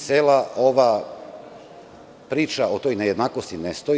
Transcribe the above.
Cela ova priča o toj nejednakosti ne stoji.